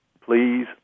please